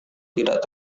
tidak